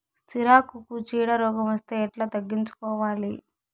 సిరాకుకు చీడ రోగం వస్తే ఎట్లా తగ్గించుకోవాలి?